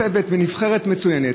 צוות ונבחרת מצוינת,